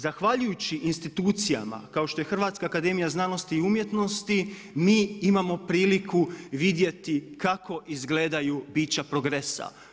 Zahvaljujući institucijama kao što je Hrvatska akademija znanosti i umjetnosti mi imamo priliku vidjeti kako izgledaju bića progresa.